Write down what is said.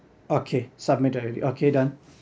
okay submit already okay done